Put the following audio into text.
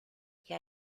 que